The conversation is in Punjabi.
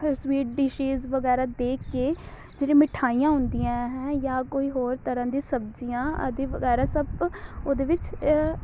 ਹ ਸਵੀਟ ਡਿਸ਼ਜ਼ ਵਗੈਰਾ ਦੇਖ ਕੇ ਜਿਹੜੇ ਮਿਠਾਈਆਂ ਹੁੰਦੀਆਂ ਹੈ ਜਾਂ ਕੋਈ ਹੋਰ ਤਰ੍ਹਾਂ ਦੀ ਸਬਜ਼ੀਆਂ ਆਦਿ ਵਗੈਰਾ ਸਭ ਉਹਦੇ ਵਿੱਚ